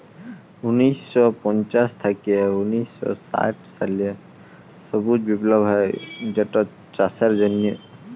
উনিশ শ পঞ্চাশ থ্যাইকে উনিশ শ ষাট সালে সবুজ বিপ্লব হ্যয় যেটচাষের জ্যনহে